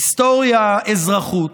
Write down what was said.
היסטוריה, אזרחות,